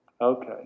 Okay